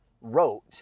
wrote